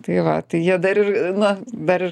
tai va tai jie dar ir na dar